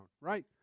right